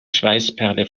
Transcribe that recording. schweißperle